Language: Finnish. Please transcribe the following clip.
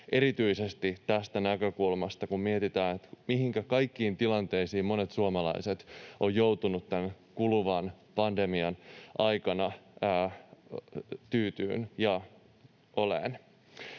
erityisesti tästä näkökulmasta, kun mietitään, mihinkä kaikkiin tilanteisiin monet suomalaiset ovat joutuneet tämän kuluvan pandemian aikana tyytymään ja niissä